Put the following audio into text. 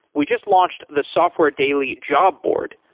we just launched the software daily job board.